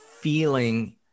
feeling